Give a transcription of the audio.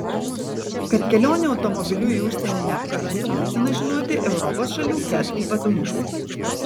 kad kelionė automobiliu į užsienį neapkarstų būtina žinoti europos šalių ket ypatumus